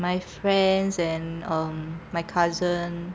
my friends and um my cousin